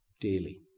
daily